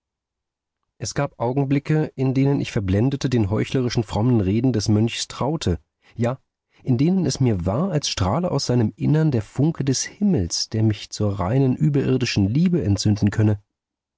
es gab augenblicke in denen ich verblendete den heuchlerischen frommen reden des mönchs traute ja in denen es mir war als strahle aus seinem innern der funke des himmels der mich zur reinen überirdischen liebe entzünden könne